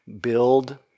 build